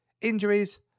injuries